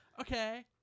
okay